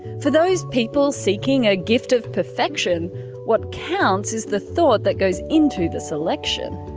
for those people seeking a gift of perfection what counts is the thought that goes into the selection.